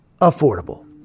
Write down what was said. affordable